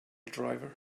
driver